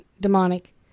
demonic